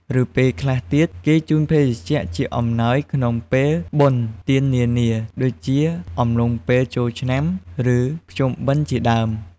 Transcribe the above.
ឬពេលខ្លះទៀត គេជូនភេសជ្ជៈជាអំណោយក្នុងពេលបុណ្យទាននានា ដូចជាអំឡុងពេលចូលឆ្នាំ ឬ ភ្ជុំបិណ្ឌជាដើម។